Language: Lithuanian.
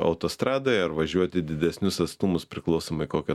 autostradoje ar važiuoti didesnius atstumus priklausomai kokia